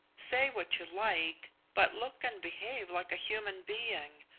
say what you like, but look and behave like a human being.